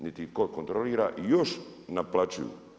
Niti ih tko kontrolira i još naplaćuju.